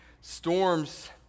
storms